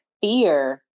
fear